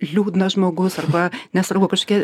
liūdnas žmogus arba nesvarbu kažkia